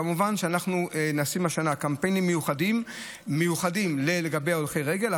כמובן שנעשים השנה קמפיינים מיוחדים לגבי הולכי רגל,